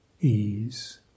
ease